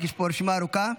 יש פה רשימה ארוכה.